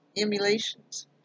Emulations